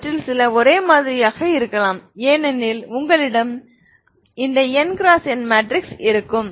அவற்றில் சில ஒரே மாதிரியாக இருக்கலாம் ஏனெனில் உங்களிடம் இந்த nxn மேட்ரிக்ஸ் இருக்கும்